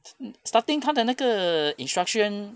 mm starting 它的那个 instruction